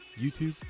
YouTube